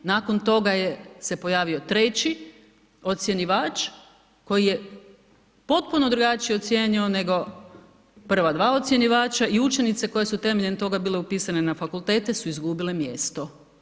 Nakon toga je pojavio se treći ocjenjivač koji je potpuno drugačije ocijenio nego prva dva ocjenjivača i učenice koje su temeljem toga bile upisane na fakultete su izgubile mjesto.